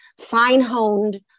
fine-honed